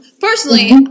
personally